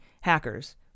hackers